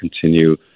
continue